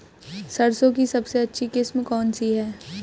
सरसों की सबसे अच्छी किस्म कौन सी है?